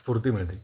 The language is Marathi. स्फूर्ती मिळते